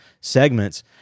segments